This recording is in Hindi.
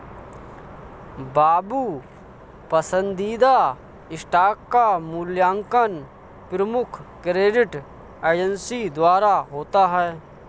बाबू पसंदीदा स्टॉक का मूल्यांकन प्रमुख क्रेडिट एजेंसी द्वारा होता है